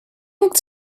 looked